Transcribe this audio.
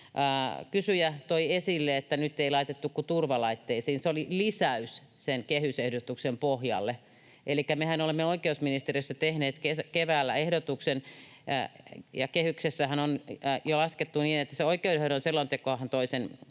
kysyjä toi esille, että nyt ei laitettu kuin turvalaitteisiin. Se oli lisäys sen kehysehdotuksen pohjalle. Elikkä mehän olemme oikeusministeriössä tehneet keväällä ehdotuksen, ja kehyksessähän on jo laskettu niin ja se oikeudenhoidon selontekohan toi sen